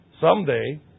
Someday